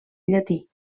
llatí